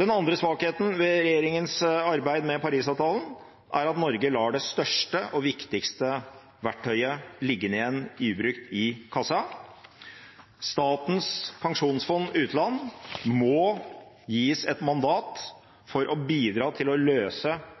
Den andre svakheten ved regjeringens arbeid med Parisavtalen er at Norge lar det største og viktigste verktøyet bli liggende igjen ubrukt i kassa. Statens pensjonsfond utland må gis et mandat for å bidra til å løse